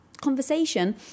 conversation